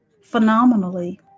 phenomenally